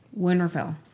Winterfell